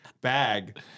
bag